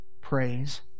praise